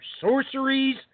sorceries